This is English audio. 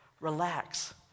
relax